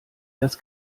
das